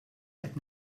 qed